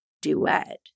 duet